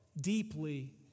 deeply